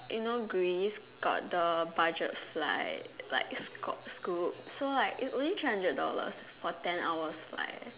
you know Greece got the budget flight like Scoot Scoot so like it's only three hundred dollars for ten hours flight